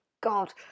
god